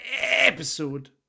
episode